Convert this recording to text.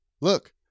look